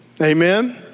Amen